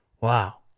Wow